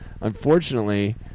Unfortunately